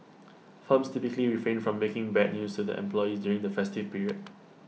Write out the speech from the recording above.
firms typically refrain from breaking bad news to their employees during the festive period